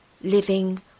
living